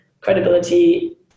credibility